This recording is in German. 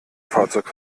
fahrzeug